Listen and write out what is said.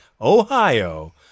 Ohio